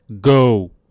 go